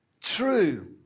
true